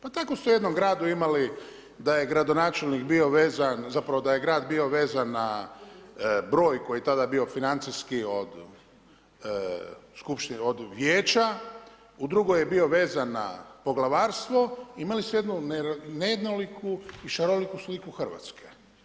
Pa tako ste u jednom gradu imali da je gradonačelnik bio vezan, zapravo da je grad bio vezan na broj koji je tada bio financijski od vijeća, u drugoj je bio vezan na poglavarstvo, imali ste jednu nejednoliku i šaroliku sliku Hrvatske.